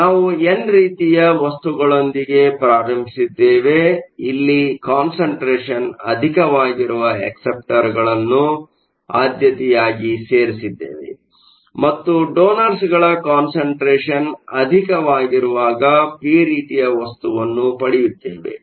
ಆದ್ದರಿಂದನಾವು N ರೀತಿಯ ವಸ್ತುಗಳೊಂದಿಗೆ ಪ್ರಾರಂಭಿಸಿದ್ದೇವೆ ಇಲ್ಲಿ ಕಾನ್ಸಂಟ್ರೇಷನ್ ಅಧಿಕವಾಗಿರುವ ಅಕ್ಸೆಪ್ಟರ್ಗಳನ್ನು ಆದ್ಯತೆಯಾಗಿ ಸೇರಿಸಿದ್ದೇವೆ ಮತ್ತು ಡೋನರ್ಗಳ ಕಾನ್ಸಂಟ್ರೇಷನ್ ಅಧಿಕವಾಗಿರುವಾಗ ಪಿ ರೀತಿಯ ವಸ್ತುವನ್ನು ಪಡೆಯುತ್ತೇವೆ